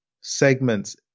segments